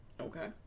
okay